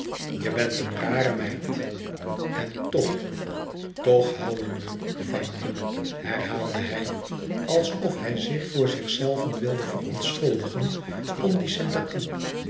je bent een rare meid en toch toch hoûen we van je herhaalde hij alsof hij zich voor zichzelven wilde verontschuldigen om die sympathie